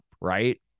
right